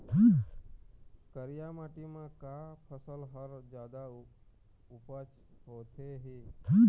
करिया माटी म का फसल हर जादा उपज होथे ही?